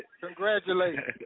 Congratulations